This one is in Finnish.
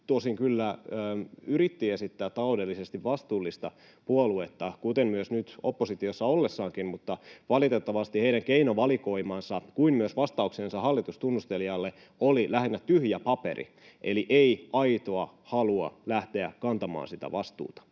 tosin kyllä yritti esittää taloudellisesti vastuullista puoluetta, kuten nyt oppositiossa ollessaankin, mutta valitettavasti heidän keinovalikoimansa kuin myös vastauksensa hallitustunnustelijalle oli lähinnä tyhjä paperi, eli ei ollut aitoa halua lähteä kantamaan sitä vastuuta.